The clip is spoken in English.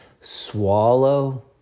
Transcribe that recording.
Swallow